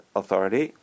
authority